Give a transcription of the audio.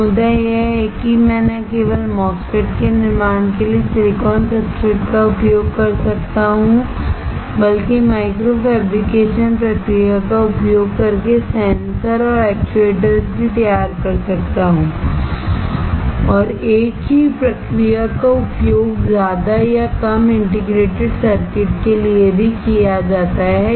तो मुद्दा यह है कि मैं न केवल MOSFETs के निर्माण के लिए सिलिकॉन सब्सट्रेट का उपयोग कर सकता हूं बल्कि माइक्रो फैब्रिकेशन प्रक्रिया का उपयोग करके सेंसर और एक्चुएटर्स भी तैयार कर सकता हूं और एक ही प्रक्रिया का उपयोग ज्यादा या कम इंटीग्रेटेड सर्किट के लिए भी किया जाता है